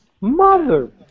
Mother